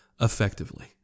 effectively